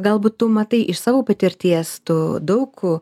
galbūt tu matai iš savo patirties tu daug